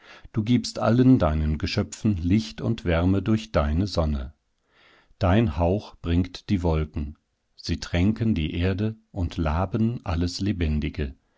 du gibst allen deinen geschöpfen licht und wärme durch deine sonne dein hauch bringt die wolken sie tränken die erde und laben alles lebendige